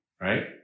Right